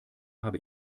habe